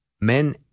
men